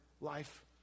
life